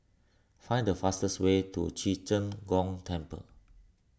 find the fastest way to Ci Zheng Gong Temple